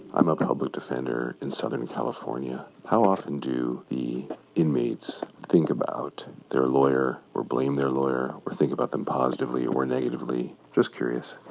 i'm a public defender in southern california. how often do the inmates think about their lawyer or blame their lawyer or think about them positively or negatively? just curious